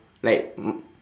like um